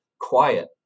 quiet